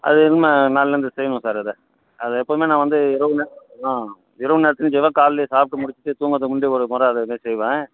அது இனிமேல் நாளைலேந்து செய்வேன் சார் அதை அ எப்போவுமே நான் வந்து இரவு நேர ஆ இரவு நேரத்திலும் செய்வேன் காலை சாப்பிட்டு முடிச்சுட்டு தூங்கதுக்கு முன்னாடி ஒரு முற அதே மாதிரி செய்வேன்